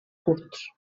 curts